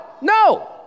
no